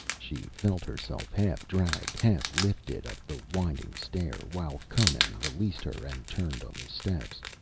she felt herself half dragged, half lifted up the winding stair, while conan released her and turned on the steps,